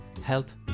health